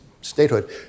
statehood